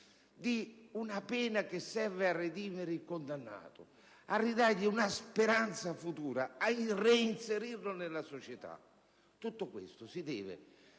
di una pena che serve a redimere il condannato, a ridargli una speranza futura e a reinserirlo nella società si deve